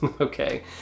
Okay